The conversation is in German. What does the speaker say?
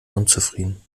unzufrieden